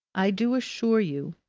i do assure you,